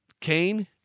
Cain